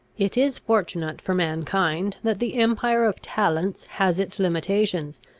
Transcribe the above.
it is fortunate for mankind that the empire of talents has its limitations,